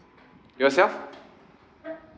yourself